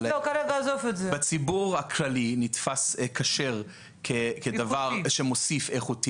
אבל בציבור הכללי כשר נתפס כדבר שמוסיף איכות,